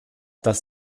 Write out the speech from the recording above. das